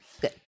Good